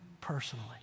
personally